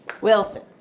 Wilson